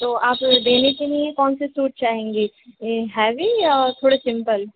تو آپ ڈیلی کے لیے کون سی سوٹ چاہیں گی ہیوی یا تھوڑے سمپل